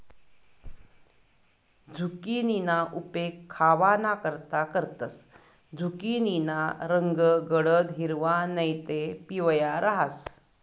झुकिनीना उपेग खावानाकरता करतंस, झुकिनीना रंग गडद हिरवा नैते पिवया रहास